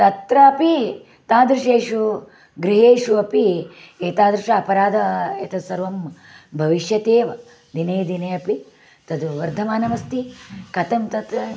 तत्रापि तादृशेषु गृहेषु अपि एतादृश अपराधः एतत्सर्वं भविष्यति एव दिने दिने अपि तत् वर्धमानमस्ति कथं तत्